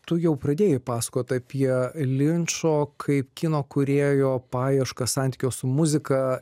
tu jau pradėjai pasakot apie linčo kaip kino kūrėjo paieškas santykio su muzika